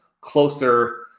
closer